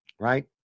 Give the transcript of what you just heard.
right